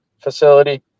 facility